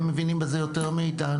הם מבינים בזה יותר מאיתנו.